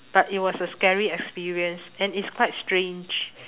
but it was a scary experience and it's quite strange